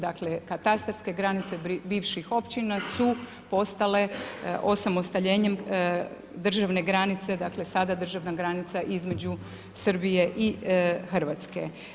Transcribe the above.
Dakle, katastarskih granica bivših općina su postale osamostaljenjem državne granice, dakle, sada državna granica između Srbije i Hrvatske.